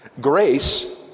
Grace